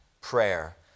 prayer